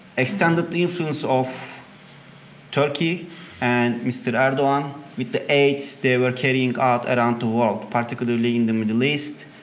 extended the influence of turkey and mr. erdogan with the aids they were carrying out around the world, particularly in the middle east,